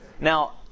Now